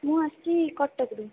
ମୁଁ ଆସିଛି କଟକରୁ